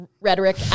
rhetoric